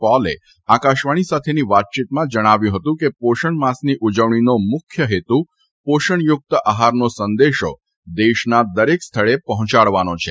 પૌલે આકાશવાણી સાથેની વાતચીતમાં જણાવ્યું હતું કે પોષણ માસની ઉજવણીનો મુખ્ય હેતુ પોષણયુક્ત આહારનો સંદેશો દેશના દરેક સ્થળે પહોંચાડવાનો છે